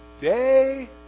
Day